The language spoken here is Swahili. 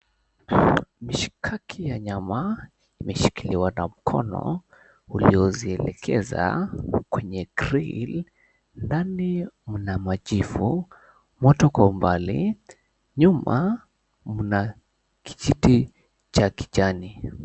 Mishikaki ya nyama imeshikiliwa na mkono uliozielekeza kwenye grill . Ndani mna majivu, moto kwa umbali. Nyuma mna kijiti cha kijani.